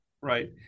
right